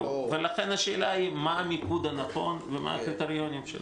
לכן השאלה היא מה המיקוד הנכון ומה הקריטריונים.